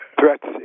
threats